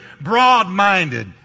broad-minded